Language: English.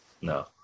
No